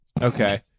Okay